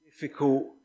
difficult